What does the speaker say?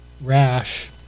rash